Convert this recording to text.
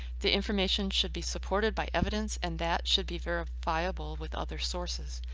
the information should be supported by evidence and that should be verifiable with other sources.